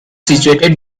situated